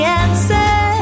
answer